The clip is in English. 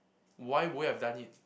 why would you have done it